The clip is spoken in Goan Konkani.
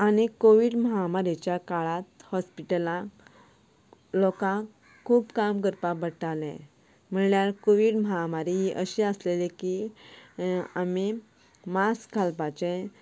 आनी कोवीड महामारीच्या काळांत हॉस्पिटलांत लोकांक खूब काम करपाक पडटालें म्हणल्यार कोवीड महामारी अशें आशिल्लें की आमी मास्क घालपाचें